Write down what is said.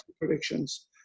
predictions